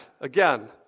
again